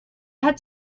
had